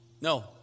No